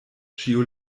ĉiu